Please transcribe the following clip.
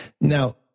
Now